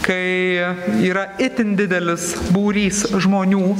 kai yra itin didelis būrys žmonių